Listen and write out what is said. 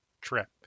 trip